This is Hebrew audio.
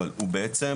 אבל הוא בעצם,